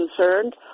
concerned